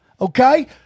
Okay